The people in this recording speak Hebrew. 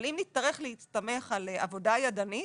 אבל אם נצטרך להסתמך על עבודה ידנית,